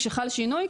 כשחל שינוי,